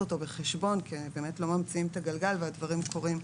אותו בחשבון כי לא ממציאים את הגלגל והדברים קורים,